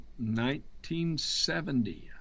1970